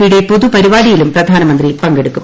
പിയുടെ പൊതുപരിപാടിയിലും പ്രധാനമന്ത്രി പങ്കെടുക്കും